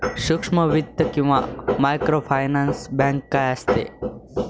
सूक्ष्म वित्त किंवा मायक्रोफायनान्स बँक काय असते?